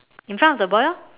in front of the boy orh